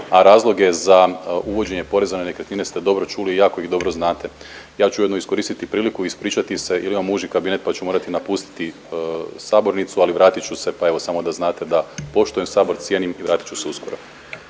A razloge za uvođenje poreza na nekretnine ste dobro čuli i jako ih dobro znate. Ja ću ujedno iskoristiti priliku i ispričati se jel imamo uži kabinet pa ću morati napustiti sabornicu ali vratit ću se. Pa evo samo da znate da poštujem Sabor, cijenim i vratit ću se uskoro.